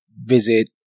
visit